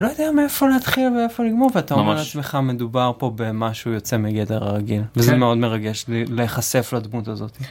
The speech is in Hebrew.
לא יודע מאיפה להתחיל ואיפה לגמור. ממש. ואתה אומר לעצמך מדובר פה במשהו יוצא מגדר רגיל. וזה מאוד מרגש לי, להיחשף לדמות הזאת.